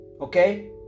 Okay